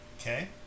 Okay